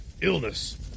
illness